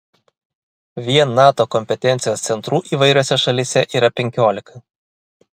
vien nato kompetencijos centrų įvairiose šalyse yra penkiolika